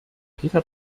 peter